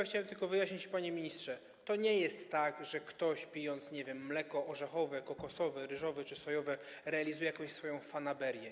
Chciałbym tylko wyjaśnić, panie ministrze, że to nie jest tak, że ktoś, pijąc, nie wiem, mleko orzechowe, kokosowe, ryżowe czy sojowe, realizuje jakąś swoją fanaberię.